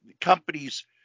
companies